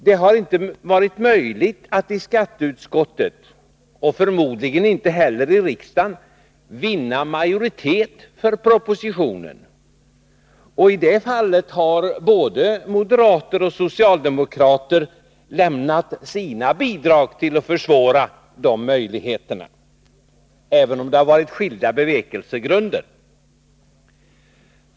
Det har inte varit möjligt att i skatteutskottet — och förmodligen skulle det inte heller ha blivit det i riksdagen — vinna majoritet för propositionen. I det fallet har både moderater och socialdemokrater lämnat sina bidrag till att försvåra möjligheterna, även om det har varit skilda bevekelsegrunder.